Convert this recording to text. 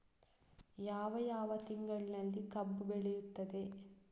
ಯಾವ ಯಾವ ತಿಂಗಳಿನಲ್ಲಿ ಕಬ್ಬು ಬೆಳೆಯುತ್ತದೆ?